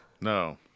No